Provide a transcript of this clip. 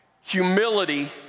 Humility